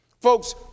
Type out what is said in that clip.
Folks